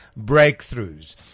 breakthroughs